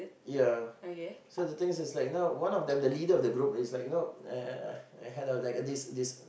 ya so the things is like you know one of them the leader of the group is like you know uh had a like a this this